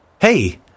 Hey